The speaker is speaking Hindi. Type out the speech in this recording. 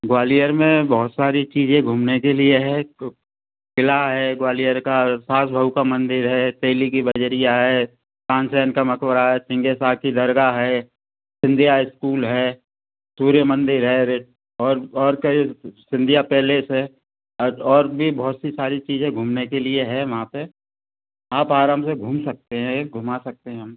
ग्वालियर में बहुत सारी चीज़ें हैं घूमने के लिए है किला है ग्वालियर का सास बहू का मंदिर है तेली की बजरिया है खान शहर का मकबरा है सींगे शाह की दरगाह हैं सिंध्या स्कूल है सूर्य मंदिर है और और कई सिंध्या पैलेस है और भी बहुत सी सारी चीज़ें घूमने के लिए हैं वहाँ पर आप आराम से घूम सकते हैं घूमा सकते हैं हम